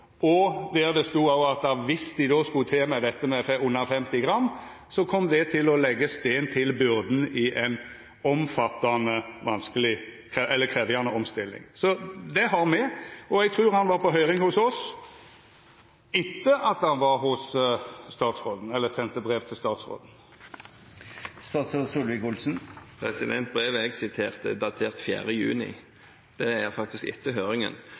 laurdagsdistribusjon, der det òg stod at viss dei skulle til med brev under 50 gram, så kom det til å leggja stein til byrda i ei omfattande, krevjande omstilling. Eg trur han var på høyring hos oss etter at han sende brev til statsråden. Brevet jeg siterte fra, er datert 4. juni, og det er etter